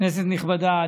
כנסת נכבדה,